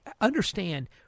understand